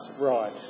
right